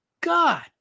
God